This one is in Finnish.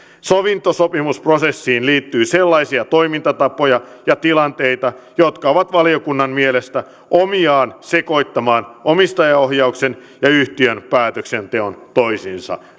sovintosopimusprosessiin liittyy sellaisia toimintatapoja ja tilanteita jotka ovat valiokunnan mielestä omiaan sekoittamaan omistajaohjauksen ja yhtiön päätöksenteon toisiinsa